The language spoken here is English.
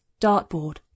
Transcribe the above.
dartboard